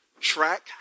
Track